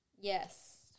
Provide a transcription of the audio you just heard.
Yes